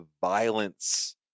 violence